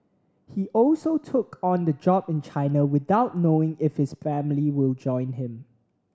he also took on the job in China without knowing if his family will join him